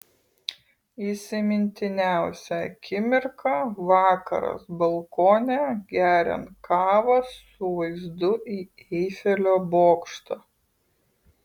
įsimintiniausia akimirka vakaras balkone geriant kavą su vaizdu į eifelio bokštą